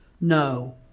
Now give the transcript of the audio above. No